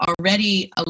already